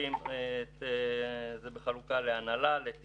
זה בחלוקה להנהלה, לתכנון,